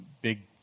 big